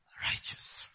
Righteous